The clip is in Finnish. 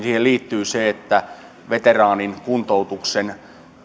liittyy se että veteraanin kuntoutuksen